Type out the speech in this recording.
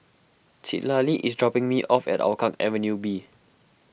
Citlali is dropping me off at Hougang Avenue B